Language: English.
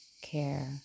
care